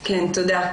(היו"ר עודד פורר, 11:35) תודה.